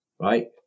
right